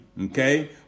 okay